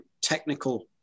technical